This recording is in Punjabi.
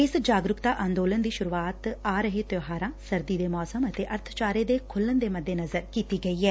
ਇਸ ਜਾਗਰੂਕਤਾ ਅੰਦੋਲਨ ਦੀ ਸੁਰੂਆਤ ਆ ਰਹੇ ਤਿਉਹਾਰਾਂ ਸਰਦੀ ਦੇ ਮੌਸਮ ਅਤੇ ਅਰਬਚਾਰੇ ਦੇ ਖੁਲੁਣ ਦੇ ਮੱਦੇਨਜ਼ਰ ਕੀਤੀ ਗਈ ਐ